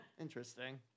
interesting